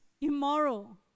immoral